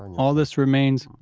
all this remains,